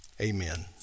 amen